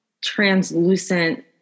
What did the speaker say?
translucent